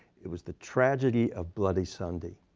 it was the tragedy of bloody sunday.